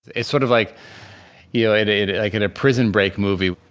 it's sort of like you know and and like in a prison break movie.